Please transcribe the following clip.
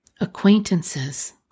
acquaintances